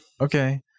Okay